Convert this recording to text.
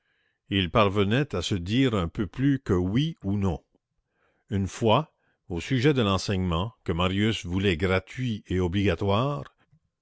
ils parvenaient à se dire un peu plus que oui ou non une fois au sujet de l'enseignement que marius voulait gratuit et obligatoire